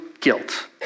guilt